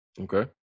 Okay